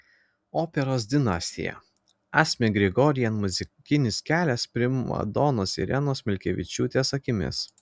operos dinastija asmik grigorian muzikinis kelias primadonos irenos milkevičiūtės akimis